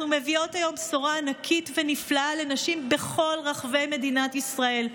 אנחנו מביאות היום בשורה ענקית ונפלאה לנשים בכל רחבי מדינת ישראל.